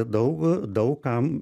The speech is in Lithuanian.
daug daug kam